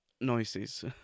Noises